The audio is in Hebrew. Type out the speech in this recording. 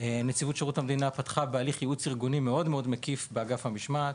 נציבות שירות המדינה פתחה בהליך של יעוץ ארגוני מאוד מקיף באגף המשמעת,